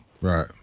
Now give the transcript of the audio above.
Right